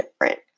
different